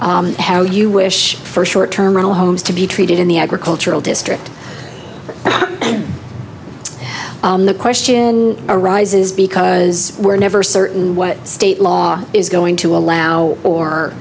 how you wish for short term rental homes to be treated in the agricultural district the question arises because we're never certain what state law is going to allow or